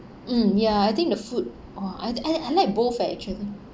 mm ya I think the food !wah! I l~ I like both eh actually